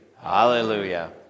Hallelujah